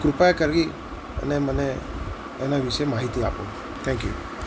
તો કૃપા કરીને મને એના વિશે માહિતી આપો થેંક યુ